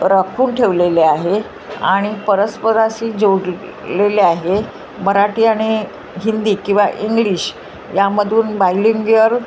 राखून ठेवलेले आहे आणि परस्पराशी जोडलेले आहे मराठी आणि हिंदी किंवा इंग्लिश यामधून बायलिंगियर